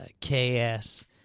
K-S